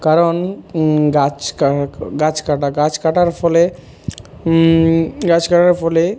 কারণ গাছ গাছ কাটা গাছ কাটার ফলে গাছ কাটার ফলে